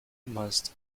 must